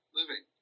living